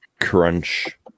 Crunch